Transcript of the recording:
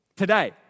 Today